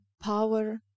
power